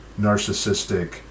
narcissistic